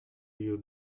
you